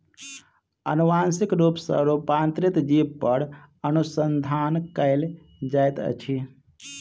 अनुवांशिक रूप सॅ रूपांतरित जीव पर अनुसंधान कयल जाइत अछि